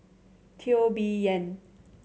Teo Bee Yen